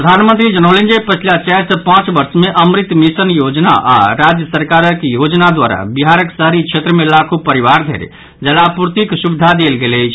प्रधानमंत्री जनौलनि जे पछिला चारि सँ पांच वर्ष मे अमृत मिशन योजना आओर राज्य सरकारक योजना द्वारा बिहारक शहरी क्षेत्र मे लाखो परिवार धरि जलापूर्तिक सुविधा देल गेल अछि